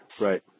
Right